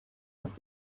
und